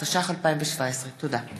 התשע"ח 2017. תודה.